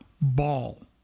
ball